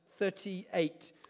38